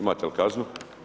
Imate li kaznu?